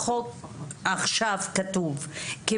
החוק כפי שהוא כתוב עכשיו כמצטבר,